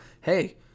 hey